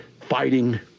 fighting